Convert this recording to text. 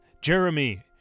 Jeremy